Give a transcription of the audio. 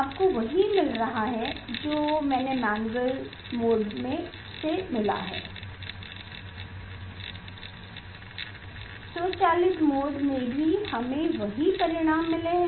आपको वही मिल रहा है जो मुझे मैन्युअल मोड से मिला है स्वचालित मोड में भी हमें वही परिणाम मिले है